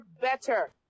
better